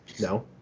No